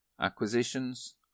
Acquisitions